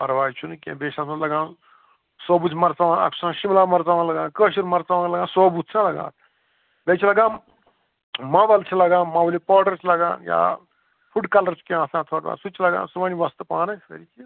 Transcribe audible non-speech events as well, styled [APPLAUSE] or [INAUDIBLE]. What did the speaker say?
پرواے چھُنہٕ کیٚنٛہہ بیٚیہِ چھِ تَتھ منٛز لَگان سوبٕدۍ مَرژٕوانٛگن اَکھ چھِ آسان شِملا مَرژٕوانٛگن لَگان کٲشِرۍ مَرژٕوانٛگَن لَگان سوبُد چھِنَہ لگان بیٚیہِ چھِ لَگان مۄوَل چھِ لگان مۄلہِ پوڈَر چھِ لَگان یا فُڈ کَلَر چھِ کیٚنٛہہ آسان [UNINTELLIGIBLE] سُہ تہِ چھُ لَگان سُہ وَنہِ وۄستہٕ پانَے سٲری کیٚنٛہہ